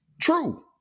True